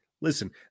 Listen